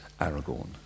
Aragorn